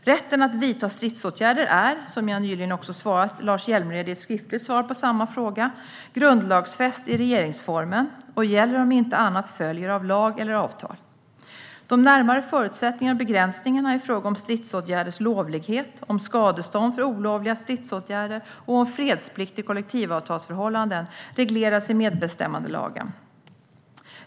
Rätten att vidta stridsåtgärder är, som jag nyligen också svarat Lars Hjälmered i ett skriftligt svar på samma fråga, grundlagsfäst i regeringsformen och gäller om inte annat följer av lag eller avtal. De närmare förutsättningarna och begränsningarna i fråga om stridsåtgärders lovlighet, om skadestånd för olovliga stridsåtgärder och om fredsplikt i kollektivavtalsförhållanden regleras i medbestämmandelagen.